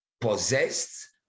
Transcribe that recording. possessed